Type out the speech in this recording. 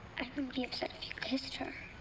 be upset if you kissed her?